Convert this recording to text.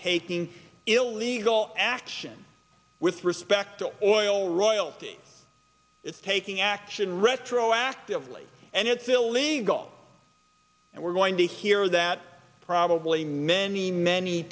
taking illegal action with respect to all boil royalty it's taking action retroactively and it's illegal and we're going to hear that probably many many